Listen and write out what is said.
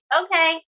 okay